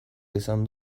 esan